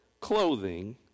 clothing